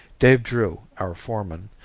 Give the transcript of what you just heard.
dave drew, our foreman,